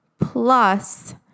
Plus